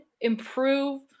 improve